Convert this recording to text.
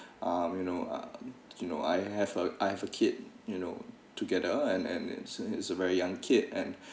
um you know uh you know I have a I have a kid you know together and and he's a he's a very young kid and